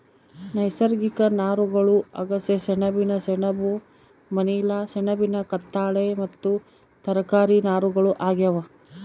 ನೈಸರ್ಗಿಕ ನಾರುಗಳು ಅಗಸೆ ಸೆಣಬಿನ ಸೆಣಬು ಮನಿಲಾ ಸೆಣಬಿನ ಕತ್ತಾಳೆ ಮತ್ತು ತರಕಾರಿ ನಾರುಗಳು ಆಗ್ಯಾವ